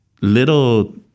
little